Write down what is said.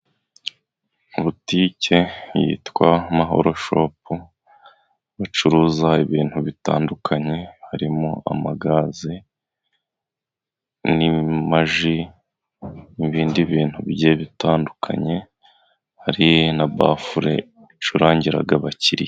Butike yitwa Mahoro shopu, bacuruza ibintu bitandukanye harimo ama gaze, n'amaji n'ibindi bintu bigiye bitandukanye, hari na bafule icurangira abakiriya.